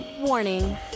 Warning